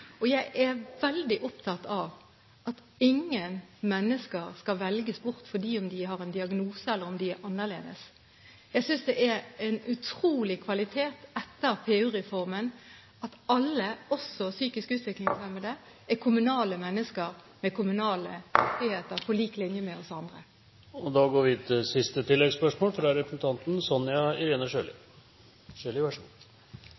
Jeg er veldig opptatt av at ingen mennesker skal velges bort fordi de har en diagnose eller er annerledes. Jeg synes det er en utrolig kvalitet etter PU-reformen at alle, også psykisk utviklingshemmede, er kommunale mennesker med kommunale friheter, på lik linje med oss andre. Sonja Irene Sjøli – til